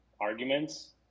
arguments